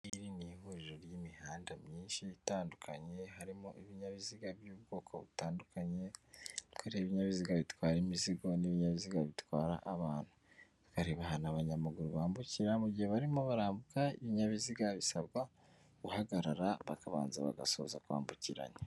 Iri ngiri ni ihuriro ry'imihanda myinshi itandukanye, harimo ibinyabiziga by'ubwoko butandukanye, turareba ibinyabiziga bitwara imizigo n'ibinyabiziga bitwara abantu. Turareba ahantu abanyamaguru bambukira, mu gihe barimo barambuka, ibinyabiziga bisabwa guhagarara bakabanza bagasoza kwambukiranya.